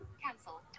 cancel